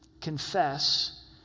Confess